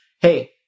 hey